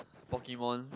Pokemon